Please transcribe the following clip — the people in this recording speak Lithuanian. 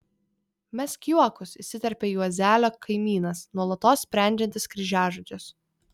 mesk juokus įsiterpia juozelio kaimynas nuolatos sprendžiantis kryžiažodžius